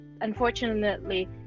unfortunately